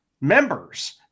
members